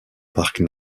parc